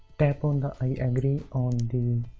tap on the i agree on the